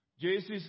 Jesus